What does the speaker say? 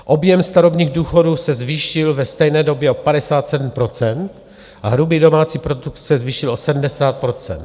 Objem starobních důchodů se zvýšil ve stejné době o 57 %, hrubý domácí produkt se zvýšil o 70 %.